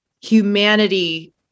humanity